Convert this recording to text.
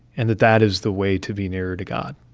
and that that is the way to be nearer to god.